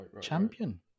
champion